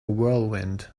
whirlwind